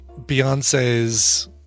Beyonce's